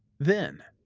then,